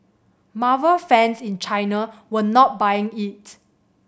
marvel fans in China were not buying it